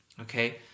Okay